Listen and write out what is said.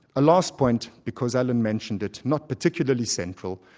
a last point, because allan mentioned it, not particularly central,